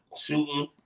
shooting